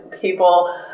people